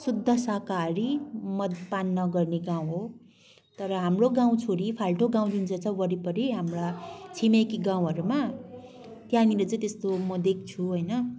शुद्ध शाकाहारी मदपान नगर्ने गाउँ हो तर हाम्रो गाउँ छोडी फाल्टो गाउँ जुन चाहिँ छ वरिपरि हाम्रा छिमेकी गाउँहरूमा त्यहाँनिर चाहिँ त्यस्तो म देख्छु होइन